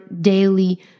daily